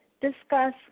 discuss